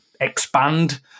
expand